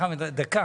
חמד, דקה.